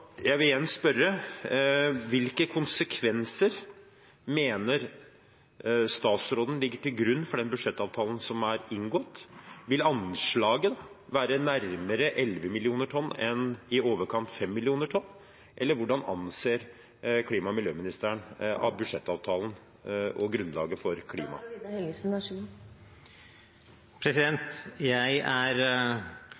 Jeg vil igjen spørre: Hvilke konsekvenser mener statsråden ligger til grunn for den budsjettavtalen som er inngått? Vil anslaget være nærmere 11 millioner tonn enn i overkant av 5 millioner tonn, eller hvordan anser klima- og miljøministeren at budsjettavtalen og grunnlaget for